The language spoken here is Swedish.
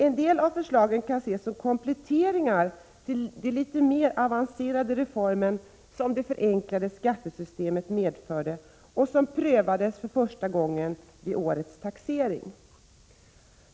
En del av förslagen kan ses som kompletteringar till den litet mer avancerade reform som det förenklade skattesystemet medförde och som prövades för första gången vid årets taxering.